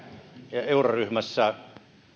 euroryhmässä